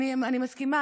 אני מסכימה,